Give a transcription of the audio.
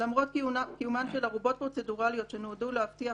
למרות קיומן של ערובות פרוצדורליות שנועדו להבטיח